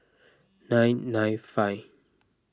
nine nine five